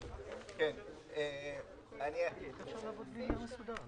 אני לא מבין איך אפשר לעבוד בלי נייר מסודר.